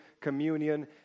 communion